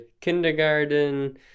kindergarten